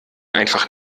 einfach